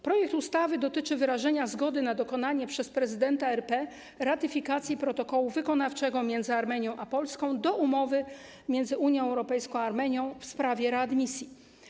Projekt ustawy dotyczy wyrażenia zgody na dokonanie przez prezydenta RP ratyfikacji protokołu wykonawczego między Armenią a Polską do umowy między Unią Europejską a Armenią w sprawie readmisji.